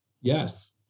yes